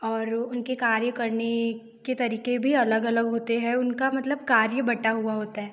और उनके कार्य करने के तरीक़े भी अलग अलग होते हैं उनका मतलब कार्य बटा हुआ होता है